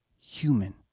human